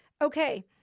okay